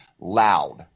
loud